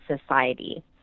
society